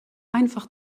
einfach